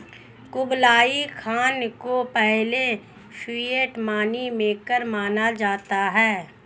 Kublai Khan को पहले fiat money maker माना जाता है